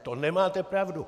To nemáte pravdu.